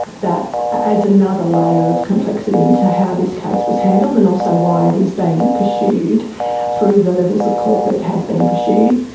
that adds another layer of complexity into how this case was handled and also why it is being pursued through the levels of court that it has been pursued.